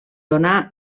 donà